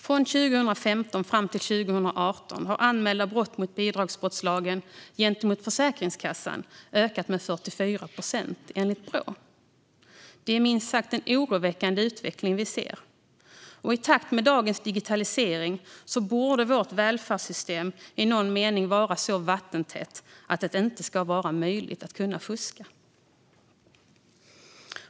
Från 2015 fram till 2018 har anmälda brott mot bidragsbrottslagen gentemot Försäkringskassan ökat med 44 procent, enligt Brå. Det är en minst sagt oroväckande utveckling vi ser. I och med dagens digitalisering borde vårt välfärdssystem i någon mening vara så vattentätt att det inte ska vara möjligt att fuska.